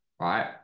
right